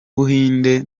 buhinde